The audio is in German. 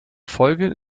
folge